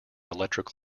electric